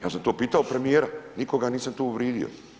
Ja sam to pitao premijer, nikoga nisam tu uvrijedio.